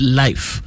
life